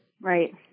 Right